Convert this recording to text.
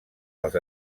als